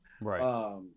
Right